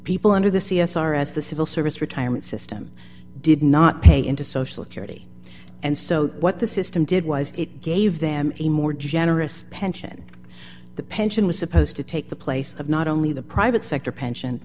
people under the c s r s the civil service retirement system did not pay into social security and so what the system did was it gave them a more generous pension the pension was supposed to take the place of not only the private sector pension